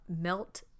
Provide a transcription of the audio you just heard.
melt